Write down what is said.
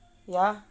ya